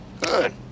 Good